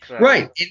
Right